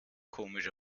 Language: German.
komisch